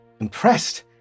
impressed